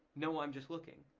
no i'm just looking,